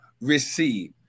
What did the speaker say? receive